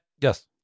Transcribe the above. Yes